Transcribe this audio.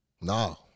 No